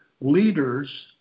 leaders